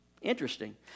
Interesting